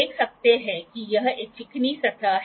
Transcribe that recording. आप देख सकते हैं कि यह एक चिकनी सतह है